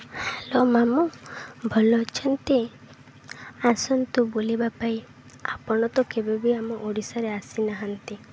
hello ମାମୁଁ ଭଲ ଅଛନ୍ତି ଆସନ୍ତୁ ବୁଲିବା ପାଇଁ ଆପଣ ତ କେବେ ବିି ଆମ ଓଡ଼ିଶାରେ ଆସିନାହାନ୍ତି